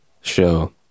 show